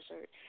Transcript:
shirt